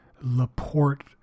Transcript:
Laporte